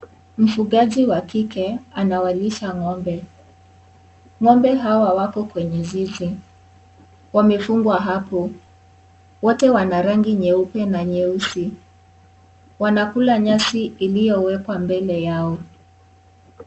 Mfugaji wa kike anawalisha ngombe , ngombe hawa wako kwenye zizi wamefungwa hapo wote wana rangi ya nyeupe na nyeusi wanakula nyasi iliyowekwa mbele yao .